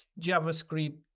JavaScript